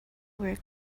work